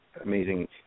amazing